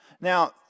Now